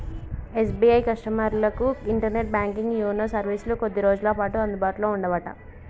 SBI కస్టమర్లకు internet banking YONO సర్వీసులు కొద్ది రోజులపాటు అందుబాటులో ఉండవట